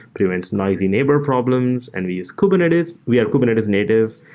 prevents noisy neighbors problems and we use kubernetes. we are kubernetes-native.